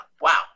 wow